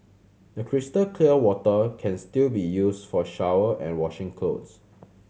the crystal clear water can still be used for shower and washing cloth